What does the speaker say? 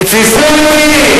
תתפסו אותי,